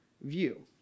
view